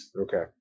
Okay